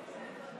מעדכן.